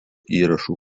įrašų